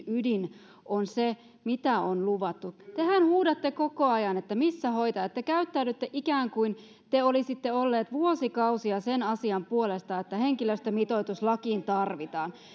ydin on se mitä on luvattu tehän huudatte koko ajan että missä hoitajat te käyttäydytte ikään kuin te olisitte olleet vuosikausia sen asian puolesta että henkilöstömitoitus lakiin tarvitaan